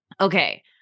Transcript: Okay